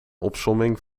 opsomming